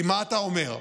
כי מה אתה אומר?